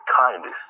kindness